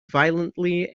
violently